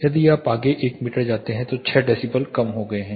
यदि आप आगे 1 मीटर जाते हैं तो 6 डेसिबल कम हो गए हैं